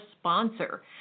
sponsor